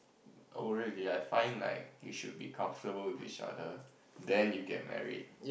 oh really I find like you should be comfortable with each other then you get married